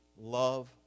love